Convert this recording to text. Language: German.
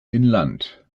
inland